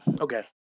okay